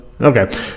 okay